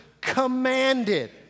Commanded